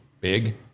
big